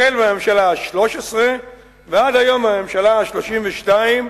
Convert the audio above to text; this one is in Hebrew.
החל בממשלה ה-13 ועד היום, הממשלה ה-32,